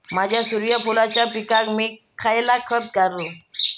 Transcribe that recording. माझ्या सूर्यफुलाच्या पिकाक मी खयला खत वापरू?